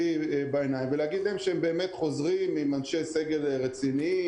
בעיניים ולהגיד להם שהם חוזרים עם אנשי סגל רציניים,